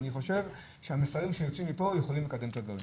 אני חושב שהמסרים שיוצאים מפה יכולים לקדם את הדברים.